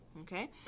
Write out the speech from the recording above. okay